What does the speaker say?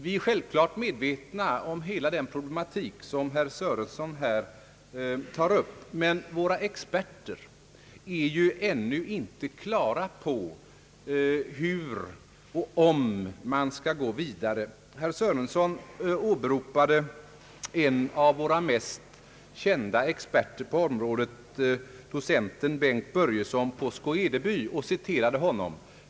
Vi är självklart medvetna om hela den problematik som herr Sörenson tar upp, men våra experter har ännu inte klart för sig om och hur man skall gå vidare. Herr Sörenson åberopade en av våra mest kända experter på området, docenten Bengt Börjeson på Skå Edeby, och citerade honom.